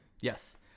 yes